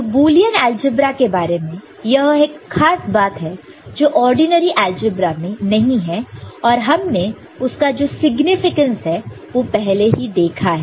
तो Boolean algebra के बारे में यह एक खास बात है जो ऑर्डिनरी अलजेब्रा में नहीं है और हमने उसका जो सिग्निफिकेंस है पहले ही देखा है